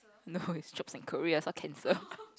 no is in Korea so cancel